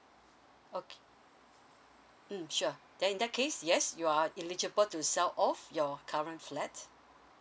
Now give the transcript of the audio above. okay mm sure then in that case yes you are eligible to sell all of your current flats